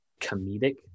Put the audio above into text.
comedic